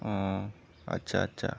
অচ্ছা আচ্ছা